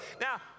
Now